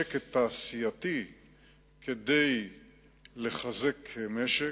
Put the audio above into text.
שקט תעשייתי כדי לחזק משק,